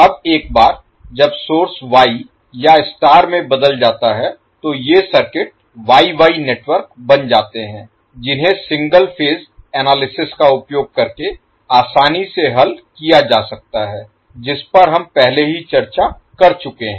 अब एक बार जब सोर्स वाई या स्टार में बदल जाता है तो ये सर्किट वाई वाई नेटवर्क बन जाते हैं जिन्हें सिंगल फेज एनालिसिस का उपयोग करके आसानी से हल किया जा सकता है जिस पर हम पहले ही चर्चा कर चुके हैं